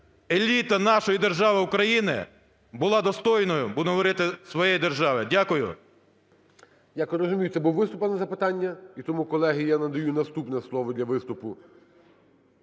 еліта нашої держави України була достойною, будемо говорити своєї держави. Дякую. ГОЛОВУЮЧИЙ. Дякую. Розумію, це був виступ, а не запитання. І тому, колеги, я надаю наступне слово для виступу…